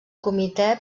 comitè